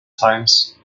times